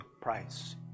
price